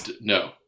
no